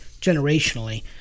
generationally